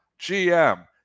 gm